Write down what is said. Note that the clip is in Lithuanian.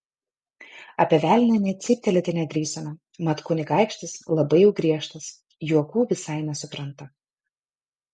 apie velnią nė cyptelėti nedrįsome mat kunigaikštis labai jau griežtas juokų visai nesupranta